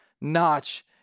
notch